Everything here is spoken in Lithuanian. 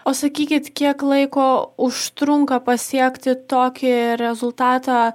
o sakykit kiek laiko užtrunka pasiekti tokį rezultatą